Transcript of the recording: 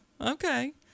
okay